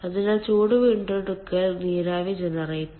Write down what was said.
അതിനാൽ ചൂട് വീണ്ടെടുക്കൽ നീരാവി ജനറേറ്റർ